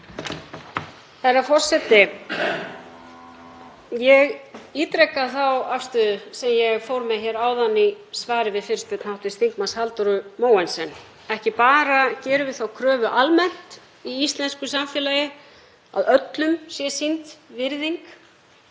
Herra forseti. Ég ítreka þá afstöðu sem ég fór með hér áðan í svari við fyrirspurn hv. þm. Halldóru Mogensen. Ekki bara gerum við þá kröfu almennt í íslensku samfélagi að öllum sé sýnd virðing;